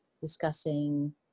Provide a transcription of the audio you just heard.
discussing